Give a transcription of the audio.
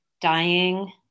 Dying